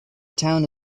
town